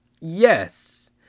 yes